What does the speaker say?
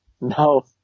No